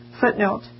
footnote